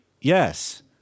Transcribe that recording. yes